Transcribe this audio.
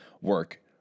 work